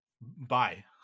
Bye